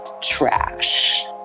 trash